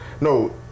no